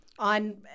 on